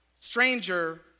stranger